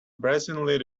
brazenly